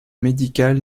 médical